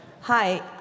Hi